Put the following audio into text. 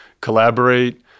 collaborate